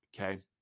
Okay